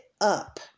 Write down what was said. up